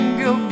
go